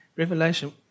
Revelation